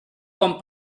con